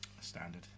Standard